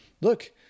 look